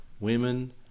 Women